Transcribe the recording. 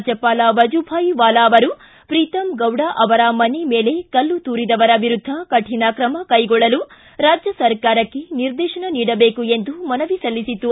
ರಾಜ್ಞಪಾಲ ವಾದುಭಾಯ್ ವಾಲಾ ಅವರು ಪ್ರೀತಮ್ ಗೌಡ ಅವರ ಮನೆಯ ಮೇಲೆ ಕಲ್ಲು ತೂರಿದವರ ವಿರುದ್ದ ಕಠಿಣ ಕ್ರಮ ಕೈಗೊಳ್ಳಲು ರಾಜ್ಯ ಸರ್ಕಾರಕ್ಕೆ ನಿರ್ದೇಶನ ನೀಡಬೇಕು ಎಂದು ಮನವಿ ಸಲ್ಲಿಸಿತು